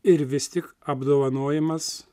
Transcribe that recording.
ir vis tik apdovanojimas